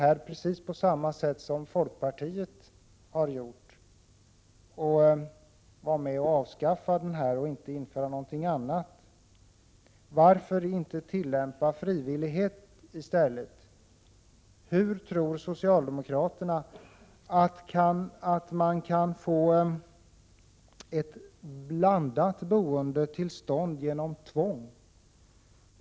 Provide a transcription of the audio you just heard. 1987/88:46 samma sätt som folkpartiet har gjort, och gå med på att avskaffa bostadsan 16 december 1987 visningslagen utan att införa någon annan lag i stället. Varför inte i stället. = Tr TA tillämpa frivillighet? Hur tror socialdemokraterna att man kan få till stånd ett blandat boende genom tvång?